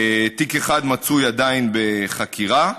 תיק אחד עדיין בחקירה,